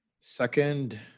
Second